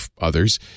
others